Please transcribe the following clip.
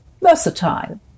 versatile